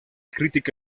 crítica